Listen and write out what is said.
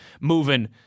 moving